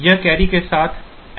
यह कैरी के साथ ANDed होगा